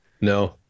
no